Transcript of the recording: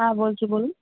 হ্যাঁ বলছি বলুন